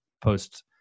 post